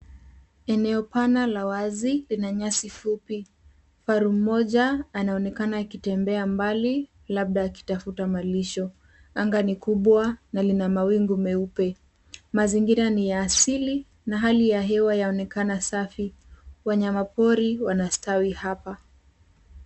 Eneo pana la wazi lina nyasi fupi. Kifaru mmoja anaonekana akitembea mbali labda akitafuta malisho. Anga ni kubwa na lina mawingu meupe. Mazingira ni ya asili na hali ya hewa yaonekana safi. Wanyamapori wanastawi hapa.